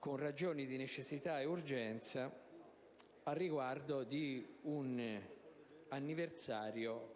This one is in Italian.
con ragioni di necessità e di urgenza al riguardo di un anniversario